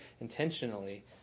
intentionally